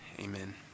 Amen